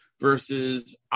versus